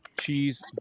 Cheese